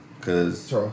Cause